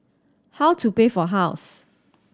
how to pay for house